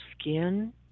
skin